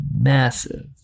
massive